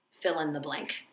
fill-in-the-blank